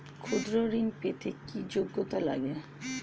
ক্ষুদ্র ঋণ পেতে কি যোগ্যতা লাগে?